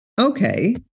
Okay